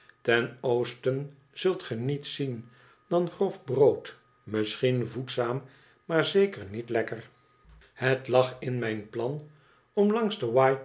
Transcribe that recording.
ten oosten zult ge niets zien dan grof brood misschien voedzaam maar zeker niet lekker het lag in mijn plan om langs de